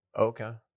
okay